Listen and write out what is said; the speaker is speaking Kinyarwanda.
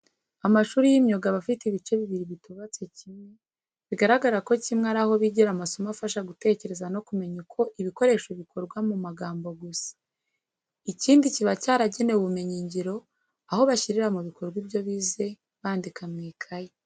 Amashuri y'imyuga aba afite ibice bibiri bitubatse kimwe, bigaragara ko kimwe ari aho bigira amasomo afasha gutekereza no kumenya uko ibikoresho bimwe bikorwa mu magambo gusa; ikindi kiba cyaragenewe ubumenyingiro, aho bashyirira mu bikorwa ibyo bize bandika mu ikayi .